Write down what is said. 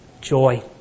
joy